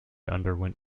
underwent